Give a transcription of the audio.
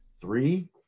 Three